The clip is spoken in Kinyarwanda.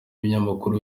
ibinyamakuru